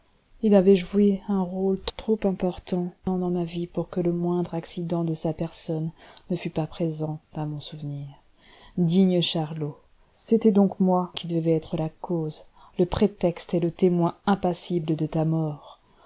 il avait joué un rôle trop important dans ma vie pour que le moindre accident de sa personne ne fût pas présent à mon souvenir digne charlot c'est donc moi qui devais être la cause le prétexte et le témoin impassible de ta mort